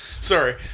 Sorry